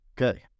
Okay